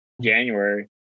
january